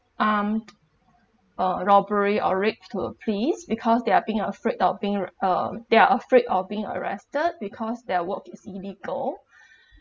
harmed uh robbery or rape to a police because they are being afraid of being um they're are afraid of being arrested because their work is illegal